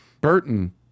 Burton